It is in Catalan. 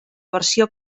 versió